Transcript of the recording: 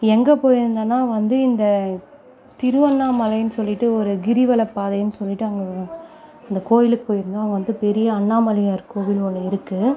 எங்கே போயிருந்தனால் வந்து இந்த திருவண்ணாமலைன்னு சொல்லிட்டு ஒரு கிரிவலப்பாதைன்னு சொல்லிட்டு அங்கே அந்த கோவிலுக்கு போயிருந்தோம் அங்கே வந்து பெரிய அண்ணாமலையார் கோவில் ஒன்று இருக்குது